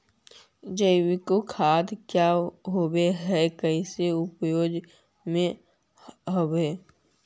जैविक खाद क्या होब हाय कैसे उपज हो ब्हाय?